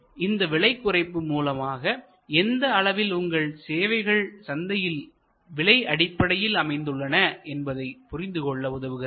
எனவே இந்த விலை அமைப்பு மூலமாக எந்த அளவில் உங்கள் சேவைகள் சந்தையில் விலை அடிப்படையில் அமைந்துள்ளன என்பதை புரிந்து கொள்ள உதவுகிறது